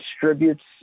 distributes